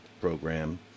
program